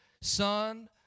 son